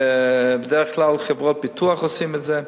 בדרך כלל חברות ביטוח עושות את זה.